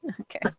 okay